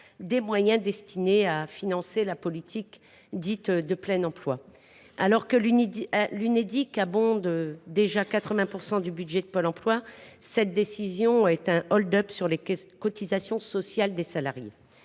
les moyens destinés à financer la politique dite de plein emploi. Alors que l’Unédic abonde déjà le budget de Pôle emploi à hauteur de 80 %, cette décision est un hold up sur les cotisations sociales des salariés